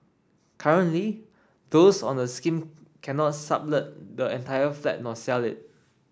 currently those on the scheme cannot sublet the the entire flat nor sell it